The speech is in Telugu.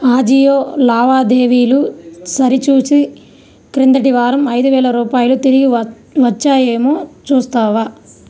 ఆజియో లావాదేవీలు సరిచూసి క్రిందటి వారం ఐదువేళ్ళ రూపాయలు తిరిగి వచ్చాయేమో చూస్తావా